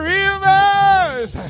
rivers